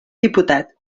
diputat